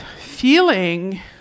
feeling